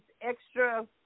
extra